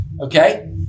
okay